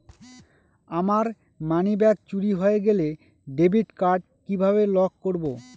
আমার মানিব্যাগ চুরি হয়ে গেলে ডেবিট কার্ড কিভাবে লক করব?